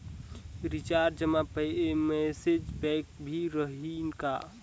Recharge मा message pack भी रही का?